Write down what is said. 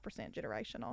generational